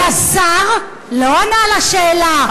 כי השר לא ענה על השאלה.